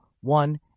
one